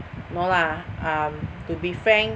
no lah um to be frank